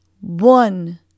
one